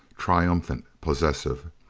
triumphant, possessive.